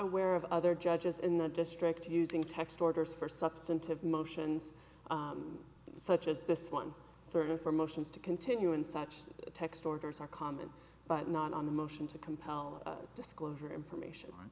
aware of other judges in the district using text orders for substantive motions such as this one certain for motions to continue and such text orders are common but not on the motion to compel disclosure information